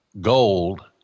gold